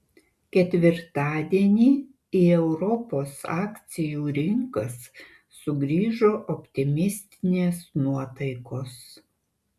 ketvirtadienį į europos akcijų rinkas sugrįžo optimistinės nuotaikos